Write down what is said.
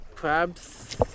Crabs